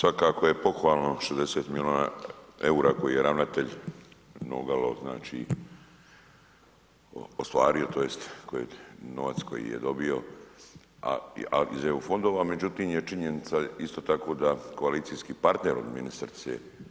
Svakako je pohvalno 60 milijuna eura koje je ravnatelj Noglo ostvario tj. novac koji je dobio iz eu fondova, međutim je činjenica isto tako da koalicijski partner od ministrice.